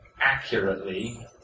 accurately